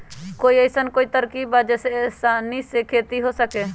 कोई अइसन कोई तरकीब बा जेसे आसानी से खेती हो सके?